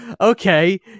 okay